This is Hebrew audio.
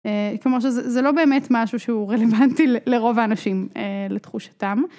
כלומר שזה לא באמת משהו שהוא רלוונטי לרוב האנשים לתחושתם.